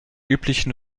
üblichen